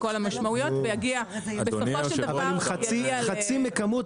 על כל המשמעויות --- אבל עם חצי מכמות